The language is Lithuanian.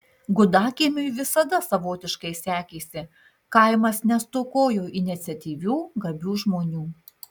gudakiemiui visada savotiškai sekėsi kaimas nestokojo iniciatyvių gabių žmonių